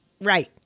Right